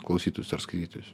klausytojus ar skaitytojus